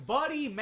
Buddy